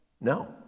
No